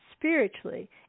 spiritually